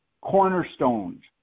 cornerstones